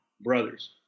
brothers